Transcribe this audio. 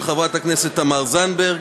של חברת הכנסת תמר זנדברג,